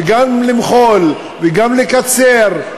גם למחול וגם לקצר,